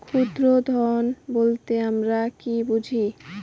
ক্ষুদ্র ঋণ বলতে আমরা কি বুঝি?